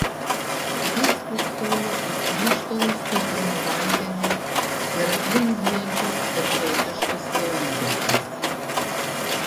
jis spoksojo į krištolo skaidrumo vandenį ir aplink zujančius egzotiškus laumžirgius